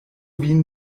vin